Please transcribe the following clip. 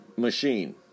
Machine